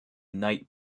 night